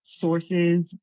sources